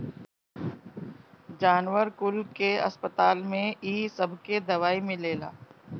जानवर कुल के अस्पताल में इ सबके दवाई मिलेला